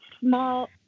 small